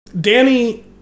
Danny